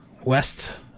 west